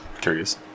Curious